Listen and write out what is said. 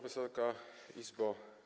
Wysoka Izbo!